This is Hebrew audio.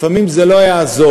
לפעמים זה לא יעזור.